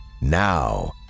Now